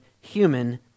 human